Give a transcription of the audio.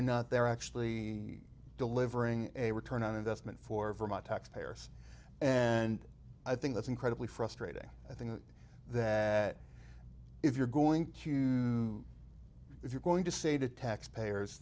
or not they're actually delivering a return on investment for vermont taxpayers and i think that's incredibly frustrating i think that if you're going q if you're going to say to taxpayers